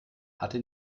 hatte